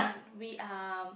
we are